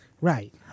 right